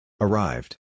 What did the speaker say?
Arrived